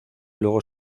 luego